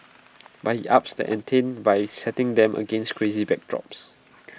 but he ups the ante by setting them against crazy backdrops